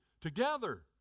together